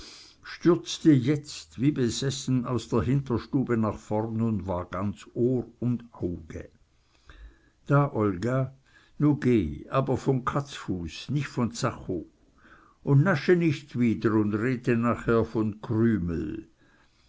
stürzte jetzt wie besessen aus der hinterstube nach vorn und war ganz ohr und auge da olga nu geh aber von katzfuß nich von zachow und nasche nich wieder und rede nachher von krümel